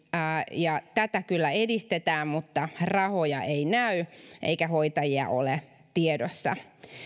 ja tätä kyllä edistetään mutta rahoja ei näy eikä hoitajia ole tiedossa